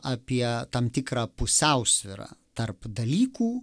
apie tam tikrą pusiausvyrą tarp dalykų